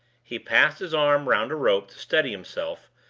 he passed his arm round a rope to steady himself,